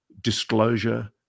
disclosure